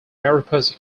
mariposa